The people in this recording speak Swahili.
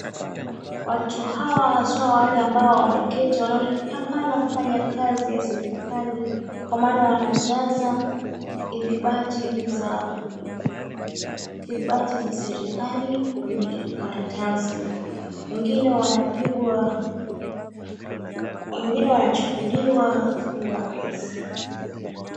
Watu hawa haswa wale ambao wameketi wanaonekana kufanya kazi ya serikali kwa maana wanajaza hidhibati za serikali kwenye karatasi. Wengine wanapigwa wengine wanachukuliwa fingerprints .